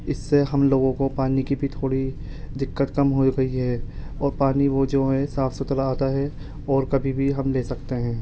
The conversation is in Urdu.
اِس سے ہم لوگوں کو پانی کی بھی تھوڑی دقت کم ہو گئی ہے اور پانی وہ جو ہے صاف سُتھرا آتا ہے اور کبھی بھی ہم لے سکتے ہیں